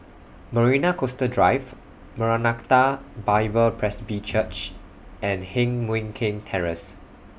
Marina Coastal Drive Maranatha Bible Presby Church and Heng Mui Keng Terrace